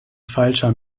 falscher